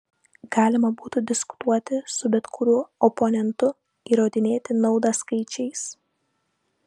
galima būtų diskutuoti su bet kuriuo oponentu įrodinėti naudą skaičiais